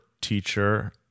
teacher